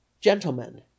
Gentlemen